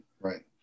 right